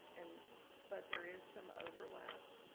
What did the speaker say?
and but there is some overlap.